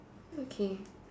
okay